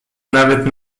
nawet